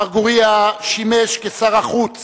מר גורייה שימש שר החוץ